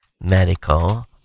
medical